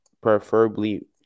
preferably